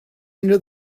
into